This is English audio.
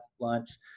lunch